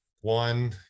one